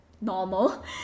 normal